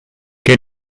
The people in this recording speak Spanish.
que